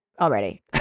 already